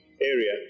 area